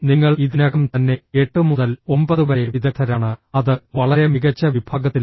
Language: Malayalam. നിങ്ങൾ ഇതിനകം തന്നെ എട്ട് മുതൽ ഒമ്പത് വരെ വിദഗ്ധരാണ് അത് വളരെ മികച്ച വിഭാഗത്തിലാണ്